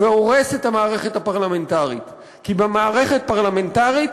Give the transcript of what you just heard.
והורס את המערכת הפרלמנטרית, כי במערכת פרלמנטרית,